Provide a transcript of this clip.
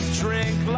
drink